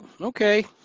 Okay